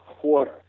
quarter